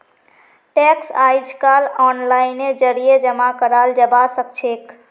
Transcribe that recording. tax अइजकाल ओनलाइनेर जरिए जमा कराल जबा सखछेक